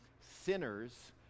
Sinners